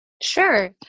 Sure